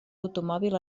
automòbil